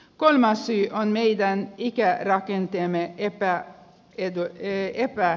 kolmas syy on meidän ikärakenteemme epäedullisuus